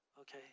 okay